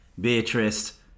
Beatrice